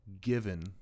given